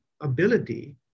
ability